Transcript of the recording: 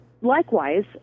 likewise